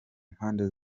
mpande